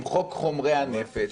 עם חוק חומרי הנפץ,